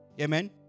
Amen